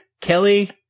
Kelly